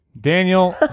Daniel